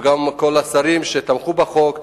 וגם לכל השרים שתמכו בחוק.